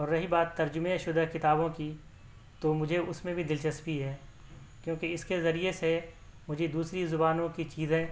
رہی بات ترجمہ شدہ کتابوں کی تو مجھے اس میں بھی دلچسپی ہے کیونکہ اس کے ذریعہ سے مجھے دوسری زبانوں کی چیزیں